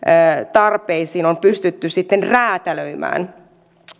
tarpeisiin on pystytty räätälöimään